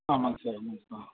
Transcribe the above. ஆமாங்க சார் ம் ஆ